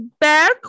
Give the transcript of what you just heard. back